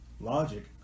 logic